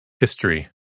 History